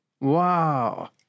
Wow